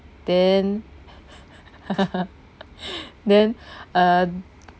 then then uh